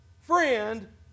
Friend